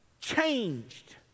changed